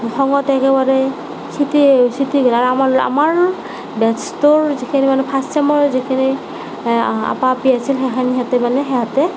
খঙত একেবাৰে চুটি চুটি গ'ল আৰু আমাৰ আমাৰ বেটছটোৰ যিখিনি মানে ফাৰ্ষ্ট ছেমৰ যিখিনি আপা আপি আছিল সেইখিনি সিহঁতে মানে সিহঁতে